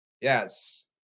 Yes